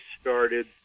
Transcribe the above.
started